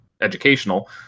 educational